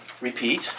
Repeat